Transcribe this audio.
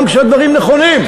גם כשהדברים נכונים.